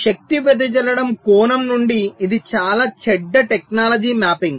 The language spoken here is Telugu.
శక్తి వెదజల్లడం కోణం నుండి ఇది చాలా చెడ్డ టెక్నాలజీ మ్యాపింగ్